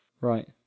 right